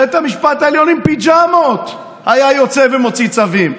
בית המשפט העליון עם פיג'מות היה יוצא ומוציא צווים.